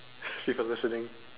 sick of listening